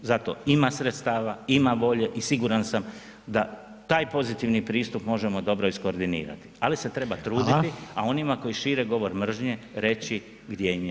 Za to ima sredstava, ima volje i siguran sam da taj pozitivan pristup možemo dobro iz koordinirati, ali se treba truditi [[Upadica: Hvala.]] a onima koji šire govor mržnje reći gdje im je mjesto.